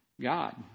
God